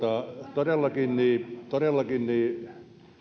todellakin todellakin